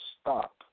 stop